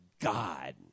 God